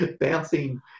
bouncing